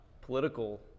political